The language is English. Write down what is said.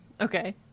okay